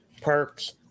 perks